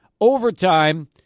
Overtime